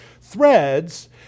threads